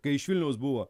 kai iš vilniaus buvo